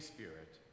Spirit